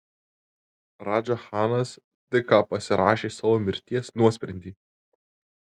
radža chanas tik ką pasirašė savo mirties nuosprendį